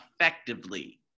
effectively